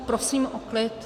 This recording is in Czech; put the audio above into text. Prosím o klid.